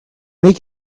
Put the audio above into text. make